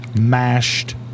mashed